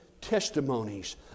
testimonies